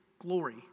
glory